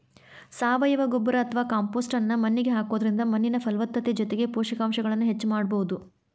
ಸಾವಯವ ಗೊಬ್ಬರ ಅತ್ವಾ ಕಾಂಪೋಸ್ಟ್ ನ್ನ ಮಣ್ಣಿಗೆ ಹಾಕೋದ್ರಿಂದ ಮಣ್ಣಿನ ಫಲವತ್ತತೆ ಜೊತೆಗೆ ಪೋಷಕಾಂಶಗಳನ್ನ ಹೆಚ್ಚ ಮಾಡಬೋದು